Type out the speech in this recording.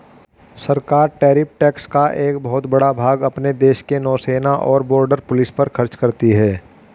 सरकार tariff tax का एक बहुत बड़ा भाग अपने देश के नौसेना और बॉर्डर पुलिस पर खर्च करती हैं